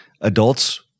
adults –